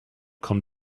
come